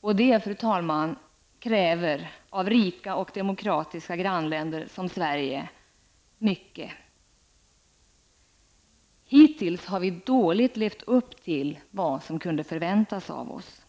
Detta, fru talman, kräver mycket av rika och demokratiska grannländer som Sverige. Hittills har vi dåligt levt upp till vad som kunde förväntas av oss.